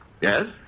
Yes